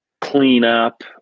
cleanup